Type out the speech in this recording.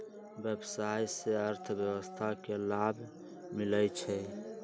व्यवसाय से अर्थव्यवस्था के लाभ मिलइ छइ